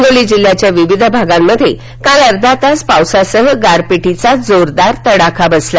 हिंगोली जिल्ह्याच्या विविध भागांमध्ये काल अर्धातास पावसासह गारपीटीचा जोरदार तडाखा बसला